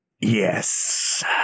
Yes